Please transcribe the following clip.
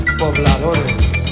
pobladores